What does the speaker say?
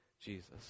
Jesus